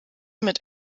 mit